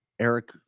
Eric